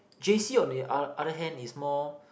j_c on the o~ other hand is more